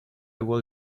will